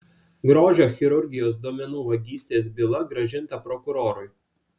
grožio chirurgijos duomenų vagystės byla grąžinta prokurorui